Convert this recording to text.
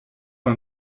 fin